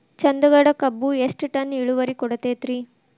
ಚಂದಗಡ ಕಬ್ಬು ಎಷ್ಟ ಟನ್ ಇಳುವರಿ ಕೊಡತೇತ್ರಿ?